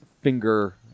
finger